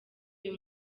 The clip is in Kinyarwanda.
uyu